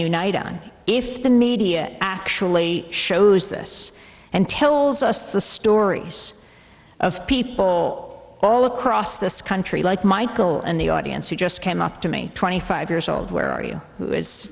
unite on if the media actually shows this and tell us the story of people all across this country like michael in the audience who just came up to me twenty five years old where are you